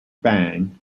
bang